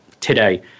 today